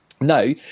No